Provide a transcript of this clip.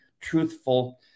truthful